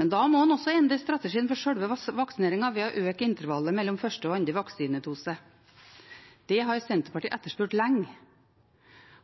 Men da må man også endre strategien for selve vaksineringen ved å øke intervallet mellom første og andre vaksinedose. Det har Senterpartiet etterspurt lenge,